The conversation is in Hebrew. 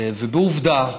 ובעובדה,